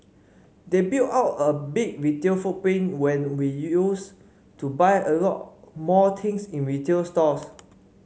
they built out a big retail footprint when we used to buy a lot more things in retail stores